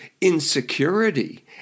insecurity